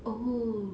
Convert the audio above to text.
oh